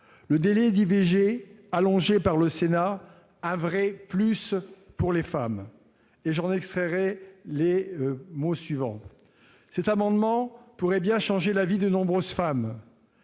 Le délai d'IVG allongé par le Sénat :" un vrai plus " pour les femmes ». J'en extrairai les mots suivants :« Cet amendement pourrait bien changer la vie de nombreuses femmes.